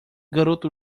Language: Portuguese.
garoto